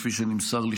כפי שנמסר לי,